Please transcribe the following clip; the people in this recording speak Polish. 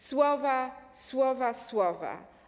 Słowa, słowa, słowa.